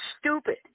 stupid